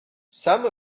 some